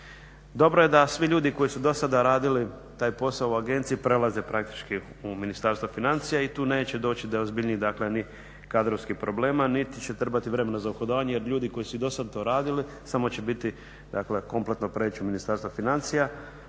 Dobro je da svi ljudi koji su do sada radili taj posao u agenciji prelaze praktički u Ministarstvo financija i tu neće doći do ozbiljnijih dakle ni kadrovskih problema niti će trebati vremena za uhodavanje jer ljudi koji su i dosad to radili samo će kompletno preći u Ministarstvo financija.